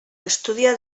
estudià